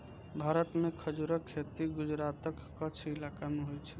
भारत मे खजूरक खेती गुजरातक कच्छ इलाका मे होइ छै